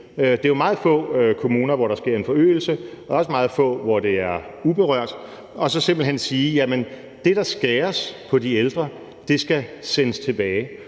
det er jo meget få kommuner, hvor der sker en forøgelse, og det er også meget få, hvor det er uberørt – og så skal man simpelt hen sige: Det, der skæres ned med på de ældre, skal sendes tilbage.